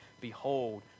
Behold